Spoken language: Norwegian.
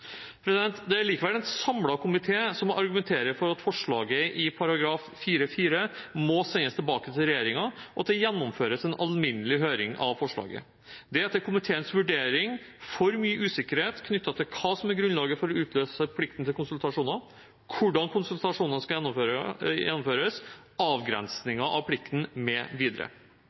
Det er likevel en samlet komité som argumenterer for at forslaget i § 4-4 må sendes tilbake til regjeringen, og at det gjennomføres en alminnelig høring av forslaget. Det er etter komiteens vurdering for mye usikkerhet knyttet til hva som er grunnlaget for å utløse plikten til konsultasjoner, hvordan konsultasjoner skal gjennomføres, avgrensninger av plikten